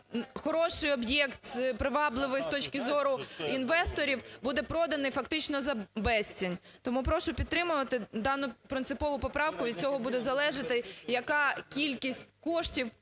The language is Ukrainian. хороший об'єкт, привабливий з точки зору інвесторів буде проданий фактично за безцінь. Тому прошу підтримати дану принципову поправку, від цього буде залежати, яка кількість надійде